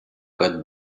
codes